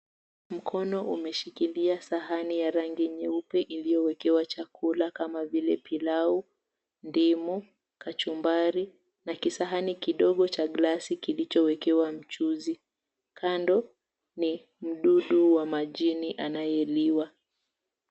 Mkono umeshikilia sahani ya rangi nyeupe iliyowekewa chakula kama vile pilau, ndimu, kachumbari na kisahani kidogo cha glasi kilichowekewa mchuzi. Kando ni mdudu wa majini anayeliwa.